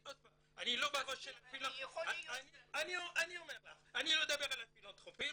אני אומר לך, אני לא מדבר על הפילנתרופים